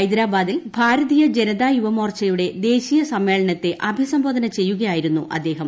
ഹൈദ്രാബാദിൽ ഭാരതീയ ജനതാ യുവമോർച്ചയുടെ ദേശീയ സമ്മേളനത്തെ അഭിസംബോധന ചെയ്യുകയായിരുന്നു അദ്ദേഹം